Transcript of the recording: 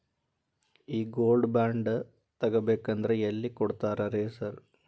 ಈ gold bond ತಗಾಬೇಕಂದ್ರ ಎಲ್ಲಿ ಕೊಡ್ತಾರ ರೇ ಸಾರ್?